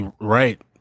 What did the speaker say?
Right